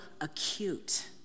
acute